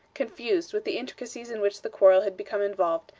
confused with the intricacies in which the quarrel had become involved,